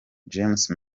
james